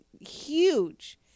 huge